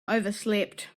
overslept